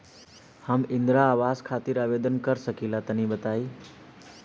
हम इंद्रा आवास खातिर आवेदन कर सकिला तनि बताई?